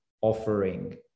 offering